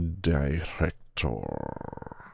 director